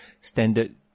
standard